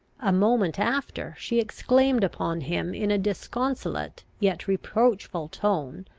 a moment after she exclaimed upon him in a disconsolate, yet reproachful tone,